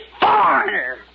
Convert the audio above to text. foreigner